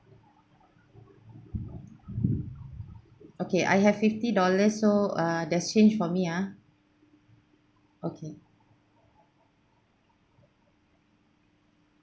okay I have fifty dollar so uh there's change for me ah okay